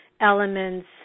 elements